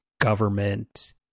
government